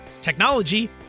technology